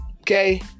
Okay